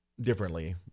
differently